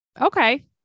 Okay